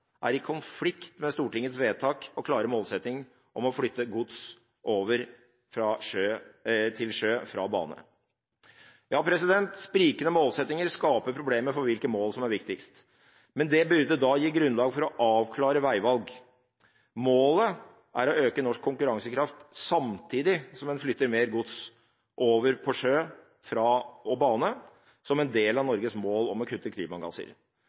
er i konflikt med Stortingets vedtak og klare målsetting om å flytte gods over til sjø fra bane. Ja, sprikende målsettinger skaper problemer for hvilke mål som er viktigst. Men det burde gi grunnlag for å avklare veivalg. Målet er å øke norsk konkurransekraft samtidig som en flytter mer gods over på sjø og bane som en del av Norges mål om å kutte klimagasser.